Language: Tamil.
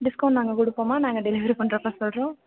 டிஸ்கவுண்ட் நாங்கள் கொடுப்போம் மா நாங்கள் டெலிவெரி பண்ணுறப்ப சொல்கிறோம்